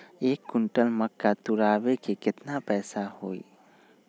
एक क्विंटल मक्का तुरावे के केतना पैसा होई?